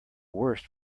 worst